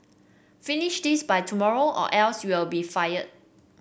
finish this by tomorrow or else you'll be fired